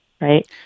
right